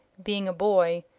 being a boy,